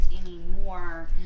anymore